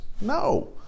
no